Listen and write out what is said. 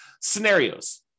scenarios